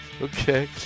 Okay